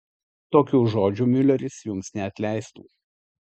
tokių žodžių miuleris jums neatleistų